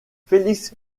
felix